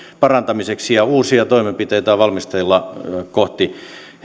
parantamiseksi ja uusia toimenpiteitä on valmisteilla kohti